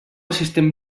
assistent